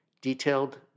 detailed